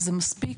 זה מספיק